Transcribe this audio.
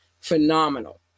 phenomenal